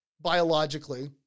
biologically